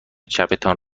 چپتان